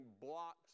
blocks